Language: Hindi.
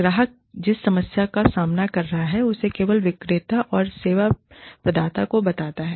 ग्राहक जिस समस्या का सामना कर रहा है उसे केवल विक्रेता या सेवा प्रदाता को बताता है